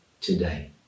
today